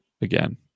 Again